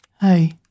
Hey